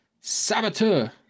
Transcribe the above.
Saboteur